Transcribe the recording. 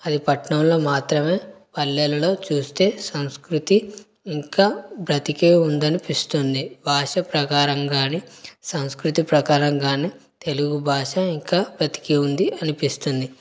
అది పట్నంలో మాత్రమే పల్లెల్లో చూస్తే సంస్కృతి ఇంకా బ్రతికే ఉందనిపిస్తుంది భాష ప్రకారం కానీ సంస్కృతి ప్రకారం కానీ తెలుగు భాష ఇంకా బ్రతికే ఉంది అనిపిస్తుంది